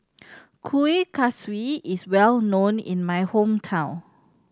Kuih Kaswi is well known in my hometown